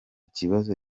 kibazo